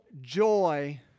joy